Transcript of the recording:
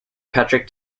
patrick